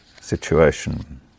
situation